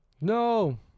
No